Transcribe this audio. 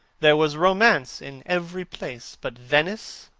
there was romance in every place. but venice,